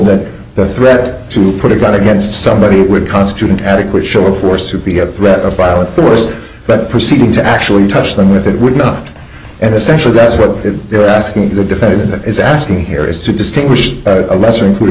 that the threat to put a gun against somebody would constitute an adequate show of force to be a threat of violent force but proceeding to actually touch them if it would not and essentially that's what they're asking the defendant is asking here is to distinguish a lesser included